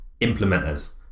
implementers